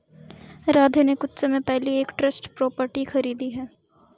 राधे ने कुछ समय पहले ही एक ट्रस्ट प्रॉपर्टी खरीदी है